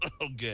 Okay